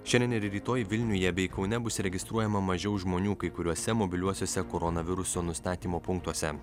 šiandien ir rytoj vilniuje bei kaune bus registruojama mažiau žmonių kai kuriuose mobiliuosiuose koronaviruso nustatymo punktuose